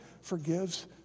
forgives